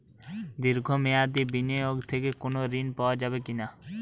দীর্ঘ মেয়াদি বিনিয়োগ থেকে কোনো ঋন পাওয়া যাবে কী?